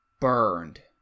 burned